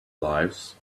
lives